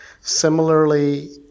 Similarly